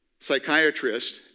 psychiatrist